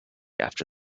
after